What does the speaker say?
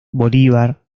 bolívar